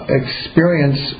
experience